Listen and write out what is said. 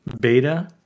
beta